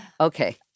Okay